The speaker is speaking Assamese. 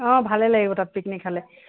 অঁ ভালেই লাগিব তাত পিকনিক খালে